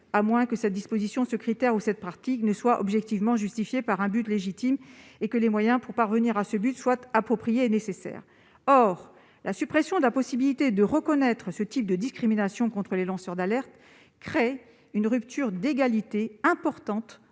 à moins que cette disposition, ce critère ou cette pratique ne soit objectivement justifié par un but légitime et que les moyens pour atteindre ce but ne soient appropriés et nécessaires. La suppression de la possibilité de reconnaître ce type de discrimination contre les lanceurs d'alerte crée une grave rupture d'égalité entre